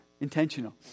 intentional